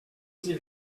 sie